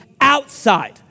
outside